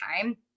time